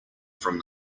from